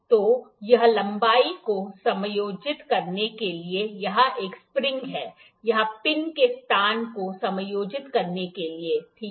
तो यह लंबाई को समायोजित करने के लिए यहां एक स्प्रिंग है यहां पिन के स्थान को समायोजित करने के लिए ठीक है